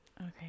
okay